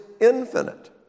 infinite